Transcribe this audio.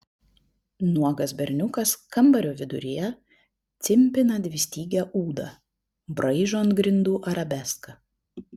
nuogas berniukas kambario viduryje cimpina dvistygę ūdą braižo ant grindų arabeską